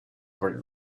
were